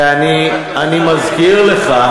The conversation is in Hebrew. שכחת את המע"מ ואני מזכיר לך,